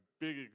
big